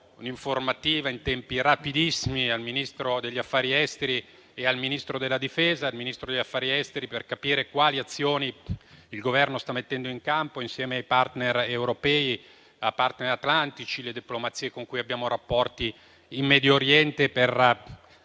un'informativa in tempi rapidissimi al Ministro degli affari esteri e al Ministro della difesa; al Ministro degli affari esteri per capire quali azioni il Governo sta mettendo in campo insieme ai *partner* europei, i *partner* atlantici e le diplomazie con cui abbiamo rapporti in Medio Oriente per